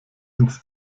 ins